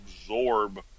absorb